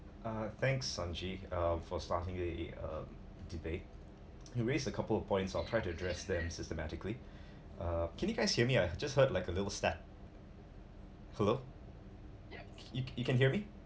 uh thanks sonji uh for starting uh debate you raise a couple of points I try to address them systematically uh can you guys hear me uh just heard like a little step hello you you can hear me